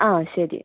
ആ ശരി